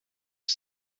els